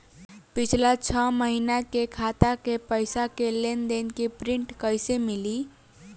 पिछला छह महीना के खाता के पइसा के लेन देन के प्रींट कइसे मिली?